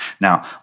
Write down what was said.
Now